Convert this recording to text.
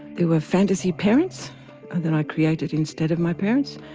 there were fantasy parents that i created instead of my parents,